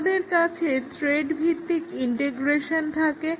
আমাদের কাছে থ্রেড ভিত্তিক ইন্টিগ্রেশন থাকে